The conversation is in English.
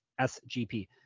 SGP